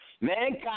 mankind